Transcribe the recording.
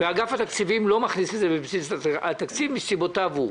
ואגף התקציבים לא מכניס את זה לבסיס התקציב מסיבותיו הוא.